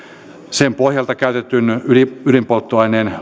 sen pohjalta käytetyn ydinpolttoaineen